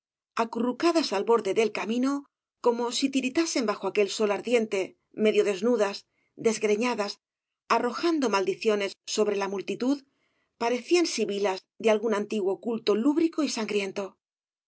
acurrucadas al borde del camino como si tiritasen bajo aquel sol ardiente medio desnudas desgreñadas arrojando maldiciones sobre la multitud parecían sibilas de algún antiguo culto lúbrico y sangriento